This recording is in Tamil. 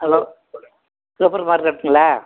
ஹலோ சூப்பர் மார்க்கெட்டுங்களா